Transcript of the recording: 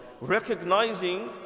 Recognizing